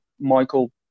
Michael